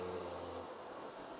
uh